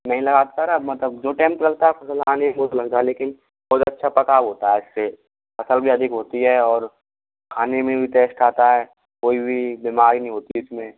नहीं लगा सर अब मत अब जो टेम चलता है फसल लगाने कि वो तो लग जाए लेकिन अच्छा पकाओ होता है इससे फसल भी अधिक होती है खाने भी टैस्ट आता है कोई भी बीमारी नहीं होती इसमें